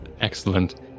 excellent